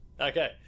Okay